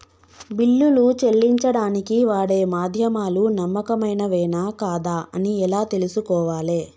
బిల్లులు చెల్లించడానికి వాడే మాధ్యమాలు నమ్మకమైనవేనా కాదా అని ఎలా తెలుసుకోవాలే?